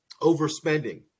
Overspending